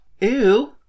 ew